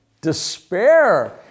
despair